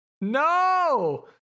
No